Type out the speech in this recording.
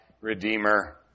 redeemer